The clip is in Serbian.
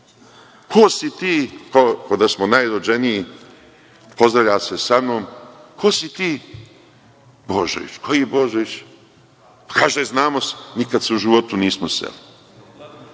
Ko si ti? Kao da smo najrođeniji pozdravlja se sa mnom. Ko si ti? Božović. Koji Božović? Kaže – znamo se. Nikad se u životu nismo sreli.